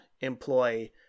employ